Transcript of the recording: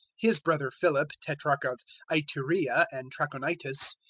his brother philip tetrarch of ituraea and trachonitis,